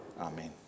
Amen